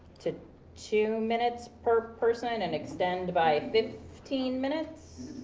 to two minutes per person, and extend by fifteen minutes?